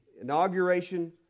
Inauguration